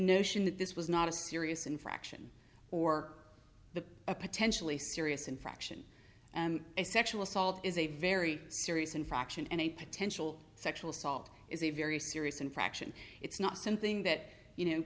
notion that this was not a serious infraction or the a potentially serious infraction and a sexual assault is a very serious infraction and a potential sexual assault is a very serious infraction it's not something that you know